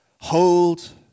hold